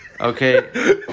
Okay